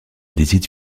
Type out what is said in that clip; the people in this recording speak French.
décide